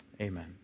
Amen